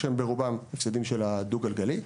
שהם ברובם הפסדים של הדו גללגלי,